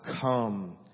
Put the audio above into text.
come